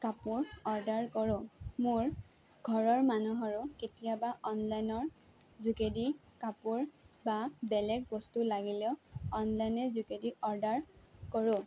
কাপোৰ অৰ্ডাৰ কৰোঁ মোৰ ঘৰৰ মানুহৰো কেতিয়াবা অনলাইনৰ যোগেদি কাপোৰ বা বেলেগ বস্তু লাগিলেও অনলাইনৰ যোগেদি অৰ্ডাৰ কৰোঁ